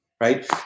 Right